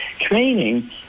training